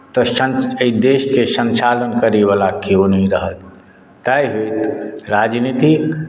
तऽ सञ्च एहि देशके सञ्चालन करयवला केओ नहि रहत ताहि हेतु राजनीतिक